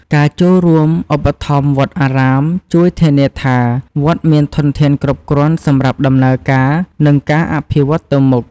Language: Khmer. ការចូលរួមឧបត្ថម្ភវត្តអារាម ជួយធានាថាវត្តមានធនធានគ្រប់គ្រាន់សម្រាប់ដំណើរការ និងការអភិវឌ្ឍទៅមុខ។